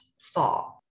fall